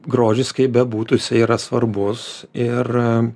grožis kaip bebūtų yra svarbus ir